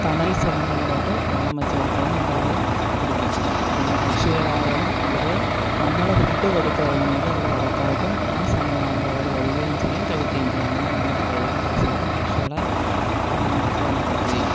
തണൽ സ്ഥലങ്ങളിലോട്ട് വെള്ളം വച്ച് കൊടുത്തു കഴിഞ്ഞാൽ അവർ അത് കുടിക്കും പിന്നെ പക്ഷികളായാലും അവർ നമ്മൾ ഫുഡ് കൊടുത്തു കഴിഞ്ഞാൽ അവർ ഉറപ്പായിട്ടും ആ സമയാവുമ്പോൾ അവർ വരികയും ചെയ്യും കഴിക്കുകയും ചെയ്യും അങ്ങനെ നമ്മുടെ വീടും പരിസരത്തും പക്ഷികളെ കൊണ്ട് നിറയ്ക്കാനായിട്ട് കഴിയും